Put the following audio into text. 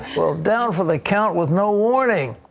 well, down for the count with no warning.